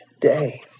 day